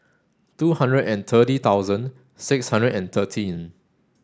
two hundred and thirty thousand six hundred and thirteen